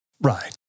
Right